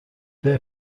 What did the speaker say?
their